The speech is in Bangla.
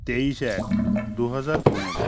তেইশ এক দু হাজার পনেরো